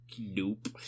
Nope